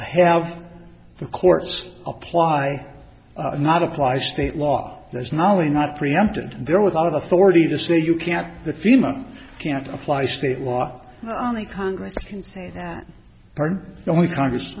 have the courts apply not apply state law there's not only not preempted there without authority to say you can't the fema can't apply state law on the congress party only congress